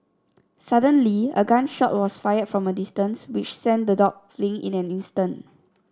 suddenly a gun shot was fired from a distance which sent the dogs fleeing in an instant